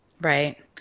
Right